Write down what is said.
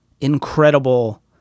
incredible